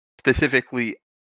specifically